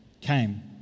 came